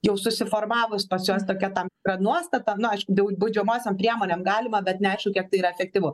jau susiformavus pas juos tokia tam tikra nuostata nu aišku dėl baudžiamosiom priemonėm galima bet neaišku kiek tai yra efektyvu